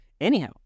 Anyhow